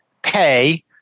pay